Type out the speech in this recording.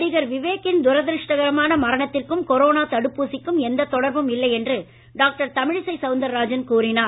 நடிகர் விவேக்கின் துரதிருஷ்டகரமான மரணத்திற்கும் கொரோனா தடுப்பூசிக்கும் எந்த தொடர்பும் இல்லை என்று டாக்டர் தமிழிசை சவுந்தராஜன் கூறினார்